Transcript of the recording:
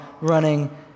running